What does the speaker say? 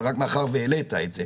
אבל רק מאחר שהעלית את זה,